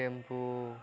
tempo